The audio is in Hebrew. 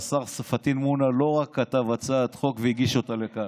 סגן השר פטין מולא לא רק כתב הצעת חוק והגיש אותה לכאן,